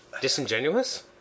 disingenuous